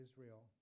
Israel